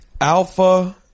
Alpha